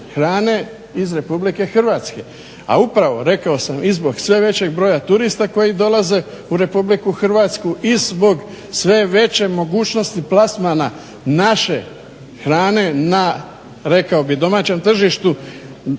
hrane iz RH. A upravo, rekao sam, i zbog sve većeg broja turista koji dolaze u RH i zbog sve veće mogućnosti plasmana naše hrane na rekao bih domaćem tržištu